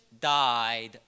died